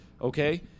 Okay